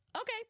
okay